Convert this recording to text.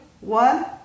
one